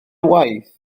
waith